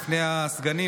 לפני הסגנים,